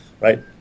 right